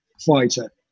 fighter